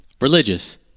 religious